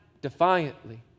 defiantly